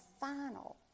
final